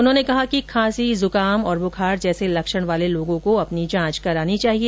उन्होंने कहा कि खांसी जुकाम और बुखार जैसे लक्षण वाले लोगों को अपनी जांच करानी चाहिए